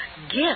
gift